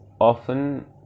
often